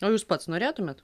o jūs pats norėtumėt